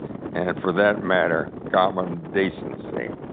and, for that matter, common decency.